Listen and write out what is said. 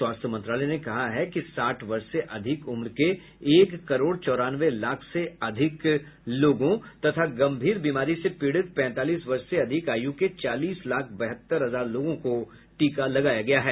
स्वास्थ्य मंत्रालय ने कहा कि साठ वर्ष से अधिक उम्र के एक करोड़ चौरानवे लाख से अधिक लोगों तथा गंभीर बीमारी से पीडित पैंतालीस वर्ष से अधिक आयु के चालीस लाख बहत्तर हजार लोगों को टीका लगाया गया है